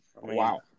Wow